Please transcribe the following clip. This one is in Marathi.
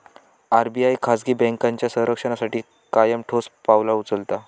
आर.बी.आय खाजगी बँकांच्या संरक्षणासाठी कायम ठोस पावला उचलता